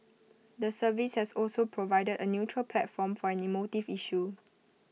the service has also provided A neutral platform for an emotive issue